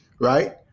right